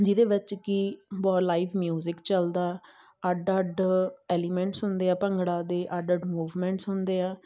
ਜਿਹਦੇ ਵਿੱਚ ਕਿ ਬਹੁ ਲਾਈਵ ਮਿਊਜ਼ਿਕ ਚੱਲਦਾ ਅੱਡ ਅੱਡ ਐਲੀਮੈਂਟਸ ਹੁੰਦੇ ਹੈ ਭੰਗੜਾ ਦੇ ਅੱਡ ਅੱਡ ਮੂਵਮੈਂਟਸ ਹੁੰਦੇ ਆ